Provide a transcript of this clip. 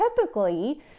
Typically